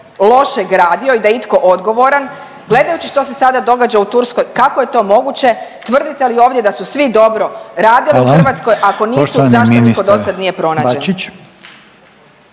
loše gradio i da je itko odgovoran. Gledajući što se sada događa u Turskoj kako je to moguće i tvrdite li ovdje da su svi dobro radili u Hrvatskoj…/Upadica Reiner: Hvala/…ako nisu, zašto niko dosad nije pronađen?